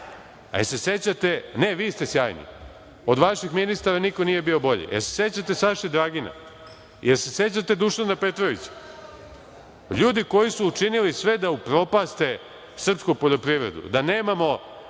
Marković? Ne, vi ste sjajni, od vaših ministara niko nije bio bolji. Jel se sećate Saše Dragina? Jel se sećate Dušana Petrovića, ljudi koji su učinili sve da upropaste srpsku poljoprivredu? Imali